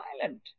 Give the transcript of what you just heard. violent